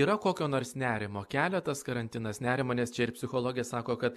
yra kokio nors nerimo kelia tas karantinas nerimą nes čia ir psichologė sako kad